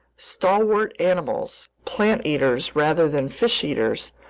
stalwart animals, plant eaters rather than fish eaters,